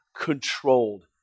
controlled